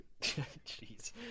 Jeez